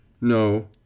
No